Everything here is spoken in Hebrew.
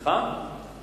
גם לך, אני רמזתי.